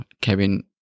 Kevin